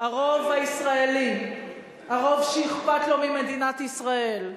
הרוב הישראלי, הרוב שאכפת לו ממדינת ישראל,